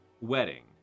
wedding